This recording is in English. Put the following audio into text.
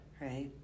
Right